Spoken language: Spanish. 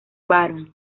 baron